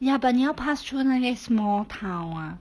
ya but 你要 pass through 那些 small town ah